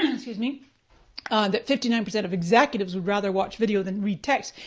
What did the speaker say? i mean that fifty nine percent of executives would rather watch video than read text.